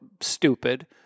stupid